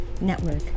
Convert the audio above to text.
Network